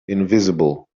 invisible